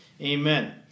Amen